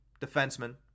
defenseman